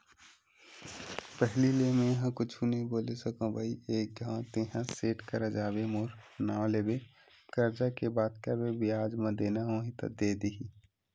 पहिली ले मेंहा कुछु नइ बोले सकव भई एक घांव तेंहा सेठ करा जाबे मोर नांव लेबे करजा के बात करबे बियाज म देना होही त दे दिही